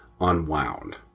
unwound